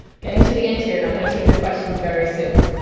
getting to the end here and i'm gonna take your questions very soon.